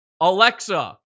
Alexa